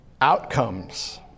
outcomes